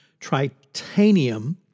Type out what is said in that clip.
Tritanium